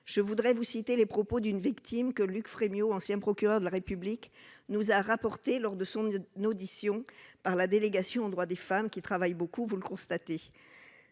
Je voudrais vous citer les propos d'une victime que Luc Frémiot, ancien procureur de la République, nous a rapportés lors de son audition par la délégation aux droits des femmes, laquelle, vous le constatez,